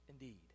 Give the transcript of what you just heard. indeed